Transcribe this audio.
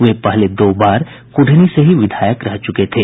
वे पहले दो बार कुढ़नी से ही विधायक रह चुके थे